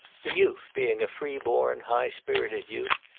the youth, being a free-born high-spirited youth,